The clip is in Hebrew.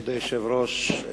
כבוד היושב-ראש,